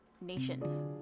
nations